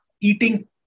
eating